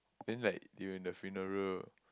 then like they were in the funeral